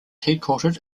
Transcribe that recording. headquartered